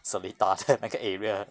seletar 的那个 area